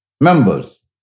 members